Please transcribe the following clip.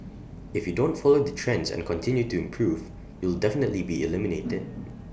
if you don't follow the trends and continue to improve you'll definitely be eliminated